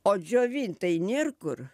o džiovint tai nėr kur